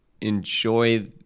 enjoy